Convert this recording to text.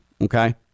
okay